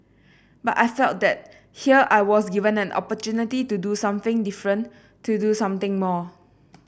but I felt that here I was given an opportunity to do something different to do something more